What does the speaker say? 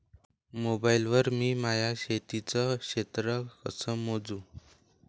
Mobile वर मी माया शेतीचं क्षेत्र कस मोजू?